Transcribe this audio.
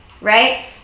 Right